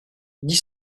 dix